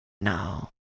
No